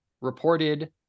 reported